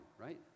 right